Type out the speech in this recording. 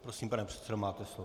Prosím, pane předsedo, máte slovo.